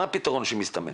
מה הפתרון שמסתמן?